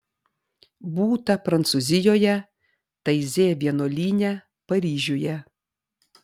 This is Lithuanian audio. būta prancūzijoje taizė vienuolyne paryžiuje